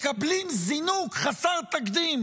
מקבלים זינוק חסר תקדים